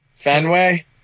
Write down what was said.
Fenway